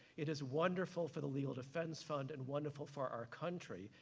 it is wonderful for the legal defense fund and wonderful for our country,